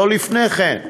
לא לפני כן.